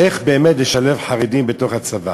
איך באמת לשלב חרדים בתוך הצבא.